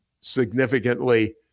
significantly